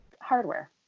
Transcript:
hardware